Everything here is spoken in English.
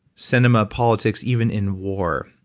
cinema, politics, even in war.